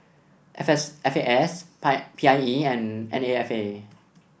F S F A S pie P I E and N A F A